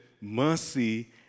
mercy